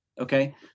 okay